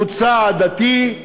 מוצא עדתי,